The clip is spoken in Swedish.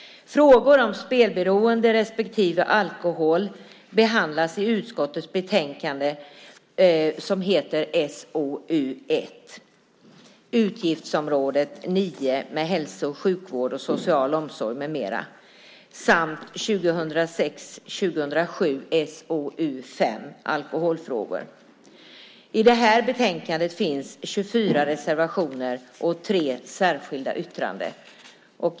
Frågor om spelberoende respektive alkohol behandlas i utskottets betänkanden 2006 07:SoU5 Alkoholfrågor . I betänkandet finns 24 reservationer och tre särskilda yttranden.